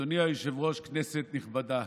אדוני היושב-ראש, כנסת נכבדה,